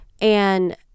And-